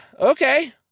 Okay